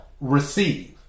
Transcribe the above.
receive